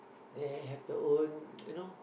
they have the own you know